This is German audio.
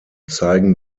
zeigen